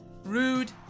Rude